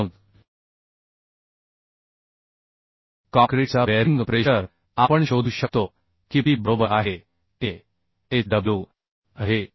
मग काँक्रीटचा bearing pressure आपण शोधू शकतो की p बरोबर आहे ahw बरोबर p भागिले LBआहे